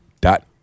dot